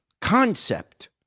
concept